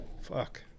Fuck